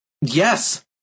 Yes